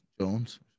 Jones